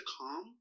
calm